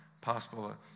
possible